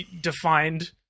defined